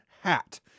hat